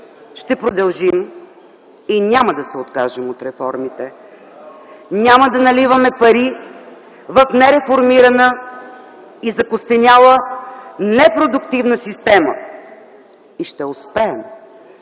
ще продължим и няма да се откажем от реформите! Няма да наливаме пари в нереформирана и закостеняла непродуктивна система и ще успеем!